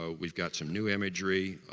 ah we've got some new imagery,